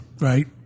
Right